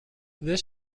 this